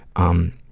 um,